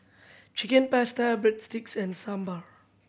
Chicken Pasta Breadsticks and Sambar